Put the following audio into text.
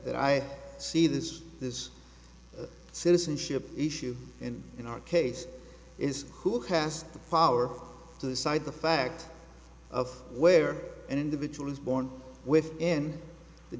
that i see this this citizenship issue and in our case is who has the power to decide the fact of where an individual is born with in the